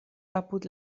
apud